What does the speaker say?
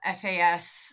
FAS